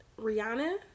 Rihanna